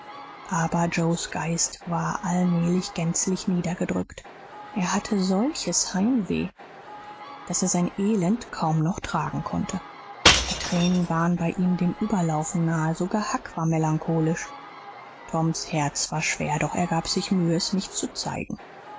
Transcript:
aber joes geist war allmählich gänzlich niedergedrückt er hatte solches heimweh daß er sein elend kaum noch tragen konnte die tränen waren bei ihm dem überlaufen nahe sogar huck war melancholisch toms herz war schwer doch er gab sich mühe es nicht zu zeigen